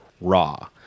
raw